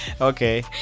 Okay